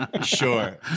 Sure